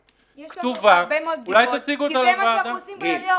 כתובה, אולי תציגו אותה לוועדה.